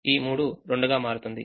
ఈ 3 2 గా మారుతుంది